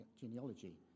genealogy